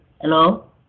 Hello